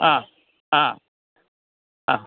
ആ ആ ആ